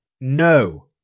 No